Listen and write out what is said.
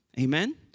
Amen